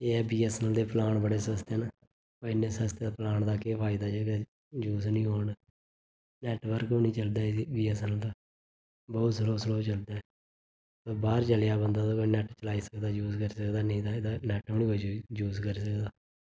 एह् ऐ बीऐस्सऐन्नऐल्ल दे प्लान बडे़ सस्ते न इन्ने सस्ते पलान दा केह् फायदा ऐ जे अगर यूज नेईं होन नैट्टवर्क बी नेईं चलदा ऐ बीऐस्सऐन्नऐल्ल दे बहुत स्लो स्लो चलदा बाह्र चली जा बदां ता नैट्ट चलाई सकदा यूज करी सकदा नेईं ते एह्दा नैट्ट बी निं कोई यूज करी सकदा